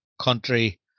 country